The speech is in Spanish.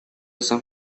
san